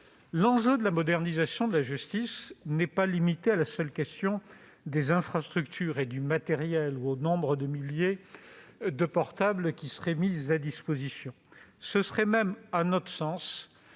L'enjeu de la modernisation de la justice ne se limite pas à la seule question des infrastructures et du matériel, ni au nombre de milliers de portables qui seraient mis à sa disposition. Ce serait même à notre sens